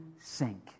sink